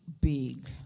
big